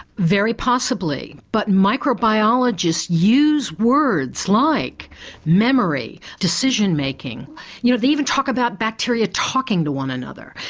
very possibly. but microbiologists use words like memory, decision making you know they even talk about bacteria talking to one another.